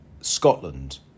Scotland